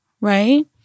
right